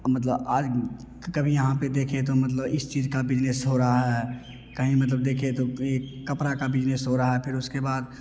मतलब आज कभी यहाँ पे देखे तो मतलब इस चीज़ का बिजनेस हो रहा है कहीं मतलब देखें तो कहीं कपड़ा का बिजनेस हो रहा फिर उसके बाद